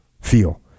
feel